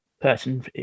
person